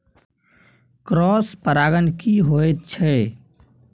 Cross परागण की होयत छै?